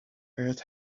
earth